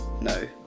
No